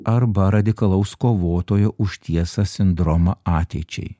arba radikalaus kovotojo už tiesą sindromą ateičiai